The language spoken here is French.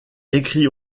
écrit